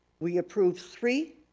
we approved three,